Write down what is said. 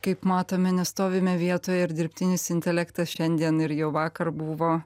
kaip matome nestovime vietoje ir dirbtinis intelektas šiandien ir jau vakar buvo